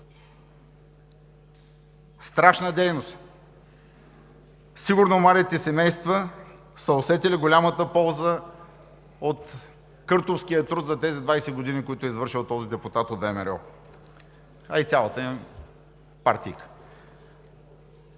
Страшна дейност! Сигурно младите семейства са усетили голямата полза от къртовския труд за тези 20 години, който е извършил този депутат от ВМРО, а и цялата им партийка.